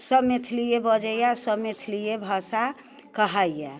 सब मैथिलिये बजैय सब मैथिलिये भाषा कहैय